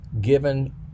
given